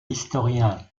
historien